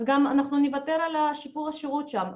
אז גם אנחנו נוותר על שיפור השירות שם.